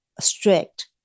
strict